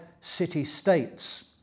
city-states